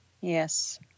Yes